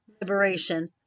liberation